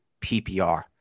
PPR